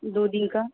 दू दिनका